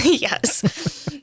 Yes